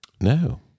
No